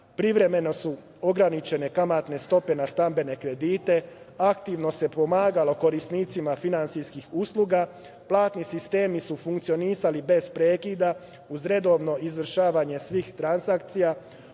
Privremeno su ograničene kamatne stope na stambene kredite, aktivno se pomagalo korisnicima finansijskih usluga. Platni sistemi su funkcionisali bez prekida, uz redovno izvršavanje svih transakcija,